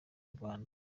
rwanda